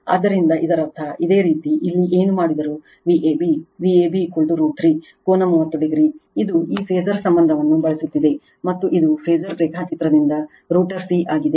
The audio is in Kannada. ಆದ್ದರಿಂದ ಇದರರ್ಥ ಇದೇ ರೀತಿ ಇಲ್ಲಿ ಏನು ಮಾಡಿದರೂ Vab Vab ರೂಟ್ 3 ಕೋನ 30 o ಇದು ಈ ಫಾಸರ್ ಸಂಬಂಧವನ್ನು ಬಳಸುತ್ತಿದೆ ಮತ್ತು ಇದು ಫಾಸರ್ ರೇಖಾಚಿತ್ರದಿಂದ ರೋಟರ್ c ಆಗಿದೆ